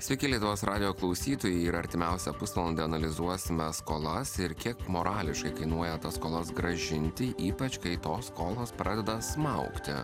sveiki lietuvos radijo klausytojai ir artimiausią pusvalandį analizuosime skolas ir kiek morališkai kainuoja tas skolas grąžinti ypač kai tos skolos pradeda smaugti